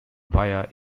via